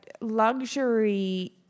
luxury